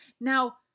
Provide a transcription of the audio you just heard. Now